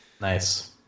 nice